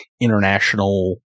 international